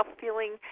feeling